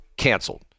canceled